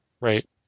Right